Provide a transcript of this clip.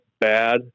bad